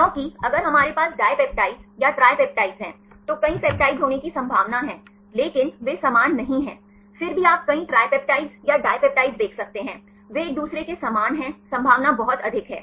क्योंकि अगर हमारे पास डाइपप्टाइड्स या ट्रिपपेप्टाइड्स हैं तो कई पेपिटाइड्स होने की संभावना है लेकिन वे समान नहीं हैं फिर भी आप कई ट्रिपपेप्टाइड्स या डिपप्टाइड्स देख सकते हैं वे एक दूसरे के समान हैं संभावना बहुत अधिक है